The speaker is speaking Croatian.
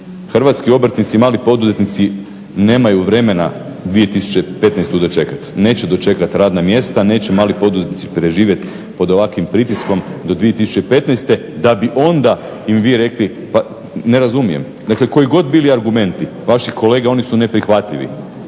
Hrvatski obrtnici i mali poduzetnici nemaju vremena 2015.-tu dočekati. Neće dočekati radna mjesta, neće mali poduzetnici preživjeti pod ovakvim pritiskom do 2015. da bi onda im vi rekli pa, ne razumije. Dakle, koji god bili argumenti, vaši kolege, oni su neprihvatljivi,